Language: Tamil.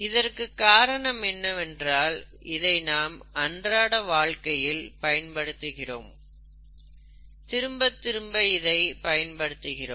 இதற்குக் காரணம் என்னவெனில் இதை நாம் அன்றாட வாழ்வில் பயன்படுத்துகிறோம் திரும்பத் திரும்ப இதை பயன்படுத்துகிறோம்